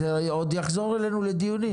זה עוד יחזור אלינו לדיונים.